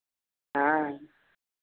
हाँ